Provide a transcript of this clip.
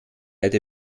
erde